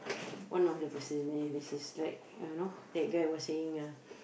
one of the person and this is like you know that guy was saying ah